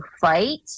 fight